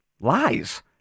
lies